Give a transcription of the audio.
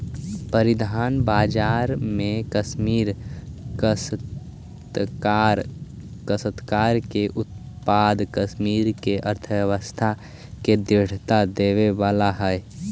परिधान बाजार में कश्मीरी काश्तकार के उत्पाद कश्मीर के अर्थव्यवस्था के दृढ़ता देवे वाला हई